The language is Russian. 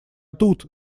тут